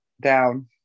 Down